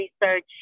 research